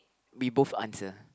we both answer